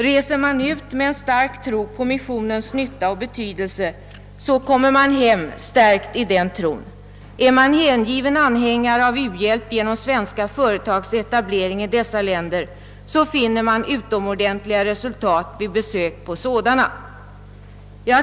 Reser man ut med en stark tro på missionens nytta och betydelse, kommer man hem stärkt i denna tro. är man hängiven anhängare av u-hjälp genom svenska företags etablering i dessa länder, finner man utomordentliga resultat vid besök på sådana företag.